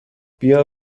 بیا